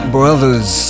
Brothers